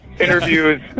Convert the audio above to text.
Interviews